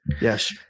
Yes